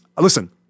Listen